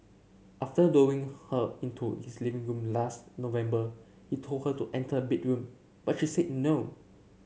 after luring her into his living room last November he told her to enter a bedroom but she said no